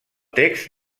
text